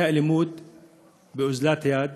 באוזלת יד: